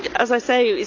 as i say, it's,